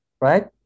Right